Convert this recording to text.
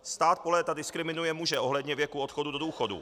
Stát po léta diskriminuje muže ohledně věku odchodu do důchodu.